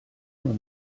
nur